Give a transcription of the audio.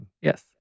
yes